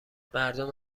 مردم